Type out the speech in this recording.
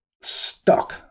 stuck